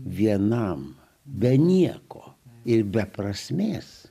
vienam be nieko ir be prasmės